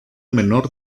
menor